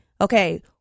okay